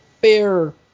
fair